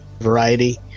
variety